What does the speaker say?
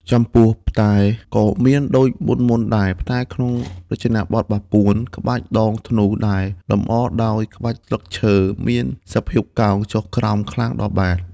ចំពោះផ្តែ ក៏មានដូចសម័យមុនៗដែរ ផ្តែរក្នុងរចនាបថបាពួន ក្បាច់ដងធ្នូដែលលម្អដោយក្បាច់ស្លឹកឈើ មានសភាពកោងចុះក្រោមខ្លាំងដល់បាត។